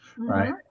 Right